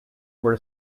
were